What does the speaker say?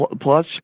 plus